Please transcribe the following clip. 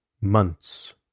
months